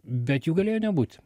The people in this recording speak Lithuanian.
bet jų galėjo nebūt